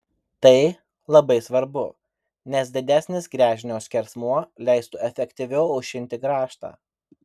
tai labai svarbu nes didesnis gręžinio skersmuo leistų efektyviau aušinti grąžtą